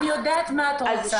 אני יודעת מה את רוצה.